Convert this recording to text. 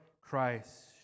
Christ